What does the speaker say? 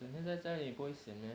整天在家里不会 sian meh